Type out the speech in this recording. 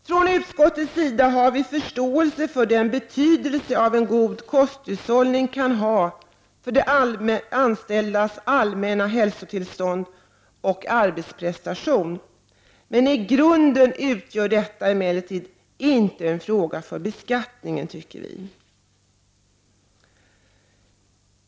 Från utskottets sida har vi förståelse för den betydelse en god kosthållning kan ha för de anställdas allmänna hälsotillstånd och arbetsprestationer. I grunden utgör detta emellertid inte en fråga för beskattningen, tycker vi.